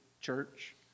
church